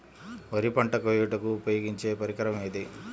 వరి పంట కోయుటకు ఉపయోగించే పరికరం ఏది?